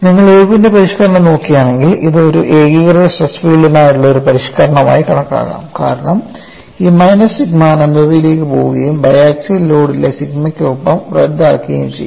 നിങ്ങൾ ഇർവിന്റെ പരിഷ്ക്കരണം നോക്കുകയാണെങ്കിൽ ഇത് ഒരു ഏകീകൃത സ്ട്രെസ് ഫീൽഡിനായുള്ള ഒരു പരിഷ്ക്കരണമായി കണക്കാക്കാം കാരണം ഈ മൈനസ് സിഗ്മ അനന്തതയിലേക്ക് പോകുകയും ബയാക്സിയൽ ലോഡിലെ സിഗ്മയ്ക്കൊപ്പം റദ്ദാക്കുകയും ചെയ്യും